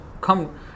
come